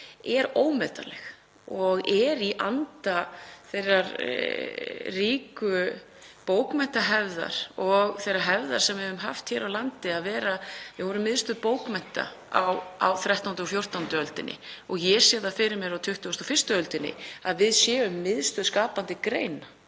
ómetanleg og í anda þeirrar ríku bókmenntahefðar og þeirrar hefðar sem við höfum haft hér á landi. Við vorum miðstöð bókmennta á 13. og 14. öldinni og ég sé það fyrir mér að á 21. öldinni séum við miðstöð skapandi greina.